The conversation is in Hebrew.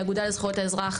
האגודה לזכויות האזרח,